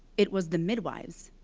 it was the midwives,